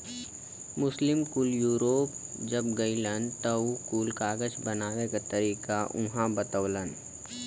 मुस्लिम कुल यूरोप जब गइलन त उ कुल कागज बनावे क तरीका उहाँ बतवलन